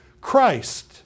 Christ